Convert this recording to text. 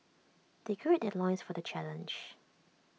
they gird their loins for the challenge